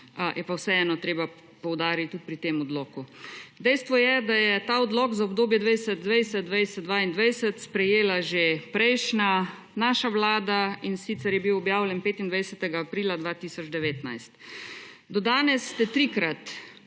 je vseeno treba poudariti tudi pri tem odloku. Dejstvo je, da je odlok za obdobje 2020–2022 sprejela že prejšnja, naša vlada, in sicer je bil objavljen 25. aprila 2019. Do danes ste trikrat